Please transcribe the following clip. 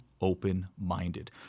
open-minded